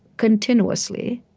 continuously,